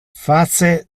face